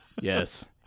Yes